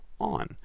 on